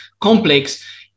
complex